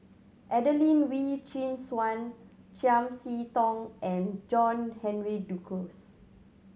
Adelene Wee Chin Suan Chiam See Tong and John Henry Duclos